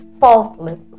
Faultless